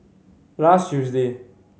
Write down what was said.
last Tuesday